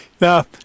Now